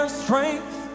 strength